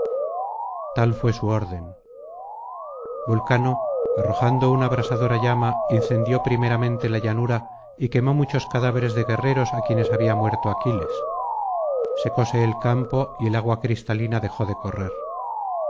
tal fué su orden vulcano arrojando una abrasadora llama incendió primeramente la llanura y quemó muchos cadáveres de guerreros á quienes había muerto aquiles secóse el campo y el agua cristalina dejó de correr